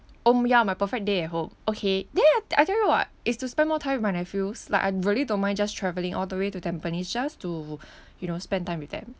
oh ya my perfect day at home okay there I I tell you what it's to spend more time with my nephews like I really don't mind just travelling all the way to tampines just to you know spend time with them